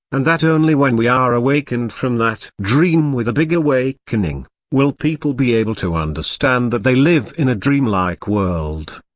and that only when we are awakened from that dream with a big awakening, will people be able to understand that they live in a dreamlike world.